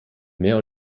mehr